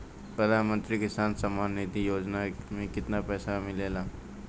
प्रधान मंत्री किसान सम्मान निधि योजना में कितना पैसा मिलेला?